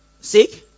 sick